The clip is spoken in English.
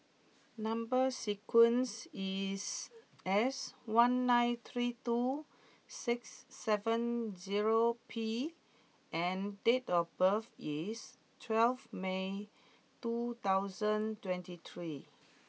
number sequence is S one nine three two six seven zero P and date of birth is twelve May two thousand twenty three